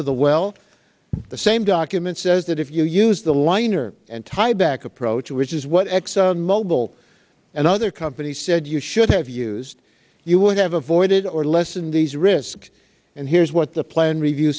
of the well the same document says that if you use the liner and tie back approach which is what exxonmobil and other company said you should have used you would have avoided or less than these risk and here's what the plan review